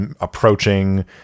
approaching